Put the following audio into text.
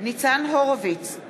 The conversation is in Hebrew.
ניצן הורוביץ,